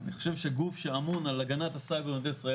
אני חושב שגוף שאמון על הגנת הסייבר במדינת ישראל,